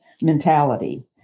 mentality